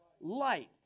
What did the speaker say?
light